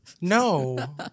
No